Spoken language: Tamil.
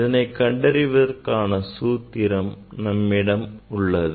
இதனை கண்டறிவதற்கான சூத்திரம் நம்மிடம் உள்ளது